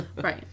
Right